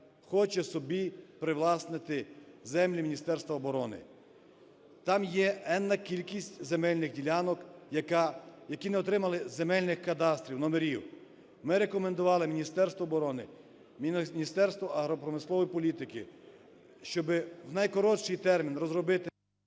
хоче собі привласнити землі Міністерства оброни. Там є енна кількість земельних ділянок, які не отримали земельних кадастрів, номерів. Ми рекомендували Міністерству оборони, Міністерству агропромислової політики, щоби в найкоротший термін розробити…